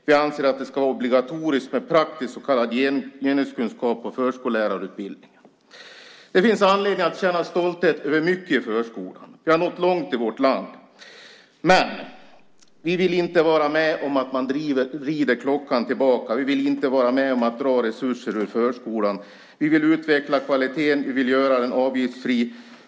Vi anser att det ska vara obligatoriskt med praktisk så kallad genuskunskap på förskollärarutbildningen. Det finns anledning att känna stolthet över mycket i förskolan. Vi har nått långt i vårt land. Men vi vill inte vara med om att man vrider klockan tillbaka. Vi vill inte vara med om att dra resurser ur förskolan. Vi vill utveckla kvaliteten, och vi vill göra den avgiftsfri.